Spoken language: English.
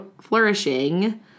flourishing